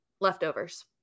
leftovers